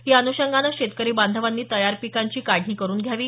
या अन्षंगाने शेतकरी बांधवांनी तयार पिकांची काढणी करून घ्यावी